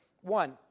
One